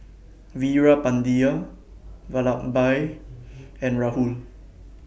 Veerapandiya Vallabhbhai and Rahul